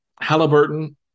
Halliburton